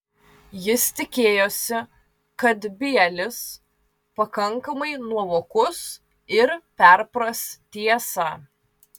jis tikėjosi kad bielis pakankamai nuovokus ir perpras tiesą